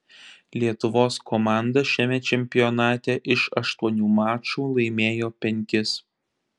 lietuvos komanda šiame čempionate iš aštuonių mačų laimėjo penkis